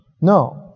No